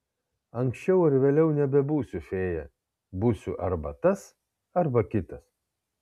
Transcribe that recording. anksčiau ar vėliau nebebūsiu fėja būsiu arba tas arba kitas